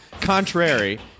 contrary